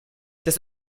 das